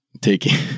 taking